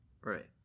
right